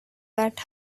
that